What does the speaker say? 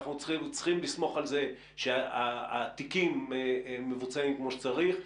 אנחנו צריכים לסמוך על זה שהתיקים מבוצעים כמו שצריך,